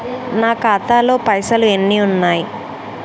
నా ఖాతాలో పైసలు ఎన్ని ఉన్నాయి?